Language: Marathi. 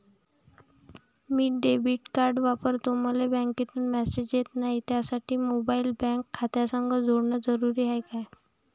मी डेबिट कार्ड वापरतो मले बँकेतून मॅसेज येत नाही, त्यासाठी मोबाईल बँक खात्यासंग जोडनं जरुरी हाय का?